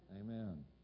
Amen